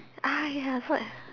ah ya so I